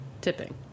tipping